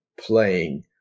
playing